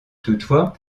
toutefois